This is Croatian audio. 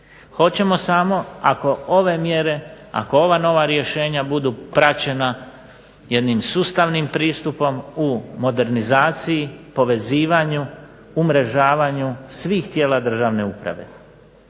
Hoćemo samo ako ove mjere, ako ova nova rješenja budu praćena jednim sustavnim pristupom u modernizaciji, povezivanju, umrežavanju svih tijela državne uprave.